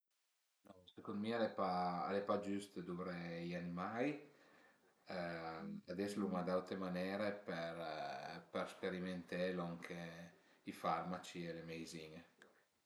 Sëcund mi al e pa giüst duvré i animai ades l'uma d'autre manere per per sperimenté lon que i farmaci e le meizin-e